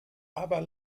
aber